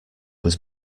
was